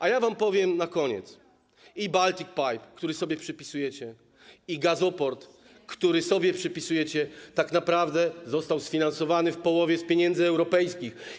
A ja wam powiem na koniec: i Baltic Pipe, który sobie przypisujecie, i gazoport, który sobie przypisujecie, tak naprawdę zostały sfinansowane w połowie z pieniędzy europejskich.